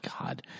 god